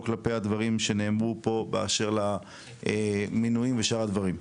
כלפי הדברים שנאמרו פה באשר למינויים ושאר הדברים.